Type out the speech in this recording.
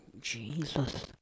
Jesus